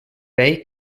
bay